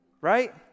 right